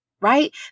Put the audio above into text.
right